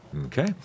Okay